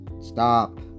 stop